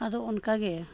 ᱟᱫᱚ ᱚᱱᱠᱟ ᱜᱮ